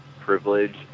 privilege